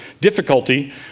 difficulty